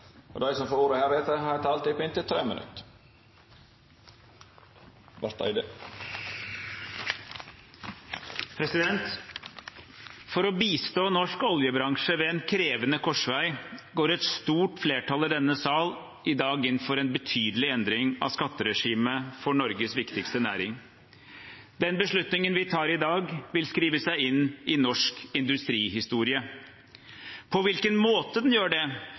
som heretter får ordet, har ei taletid på inntil 3 minutt. For å bistå norsk oljebransje ved en krevende korsvei går et stort flertall i denne sal i dag inn for en betydelig endring av skatteregimet for Norges viktigste næring. Den beslutningen vi tar i dag, vil skrive seg inn i norsk industrihistorie. På hvilken måte den gjør det,